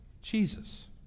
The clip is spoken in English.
Jesus